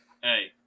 Hey